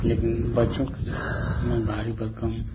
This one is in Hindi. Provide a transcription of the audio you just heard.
लेकिन बच्चों की में भारी भरकम